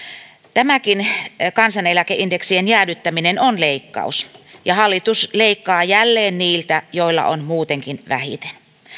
tämäkin kansaneläkeindeksien jäädyttäminen on leikkaus ja hallitus leikkaa jälleen niiltä joilla on muutenkin vähiten